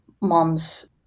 mom's